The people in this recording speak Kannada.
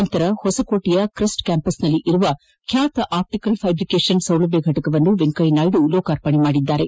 ನಂತರ ಹೊಸಕೋಟೆಯ ಕ್ರಸ್ಟ್ ಕ್ಯಾಂಪಸ್ನಲ್ಲಿರುವ ಖ್ಯಾತ ಅಪ್ಪಿಕಲ್ ಫೈಬ್ರಿಕೇಷನ್ ಸೌಲಭ್ಯ ಘಟಕವನ್ನು ವೆಂಕಯ್ಯ ನಾಯ್ಡು ಲೋಕಾರ್ಪಣೆ ಮಾಡಿದರು